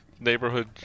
neighborhood